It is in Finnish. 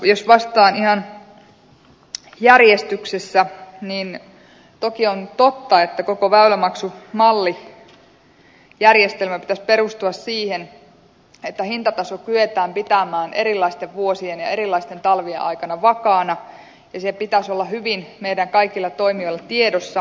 jos vastaan ihan järjestyksessä niin toki on totta että koko väylämaksumallijärjestelmän pitäisi perustua siihen että hintataso kyetään pitämään erilaisten vuosien ja erilaisten talvien aikana vakaana ja sen pitäisi olla hyvin meidän kaikilla toimijoilla tiedossa